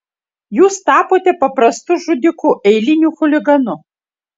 jūs tapote paprastu žudiku eiliniu chuliganu